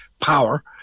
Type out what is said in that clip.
power